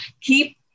keep